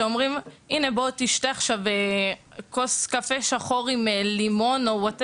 שאומרים: ״תשתה כוס קפה שחור עם לימון או Whatever